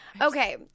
Okay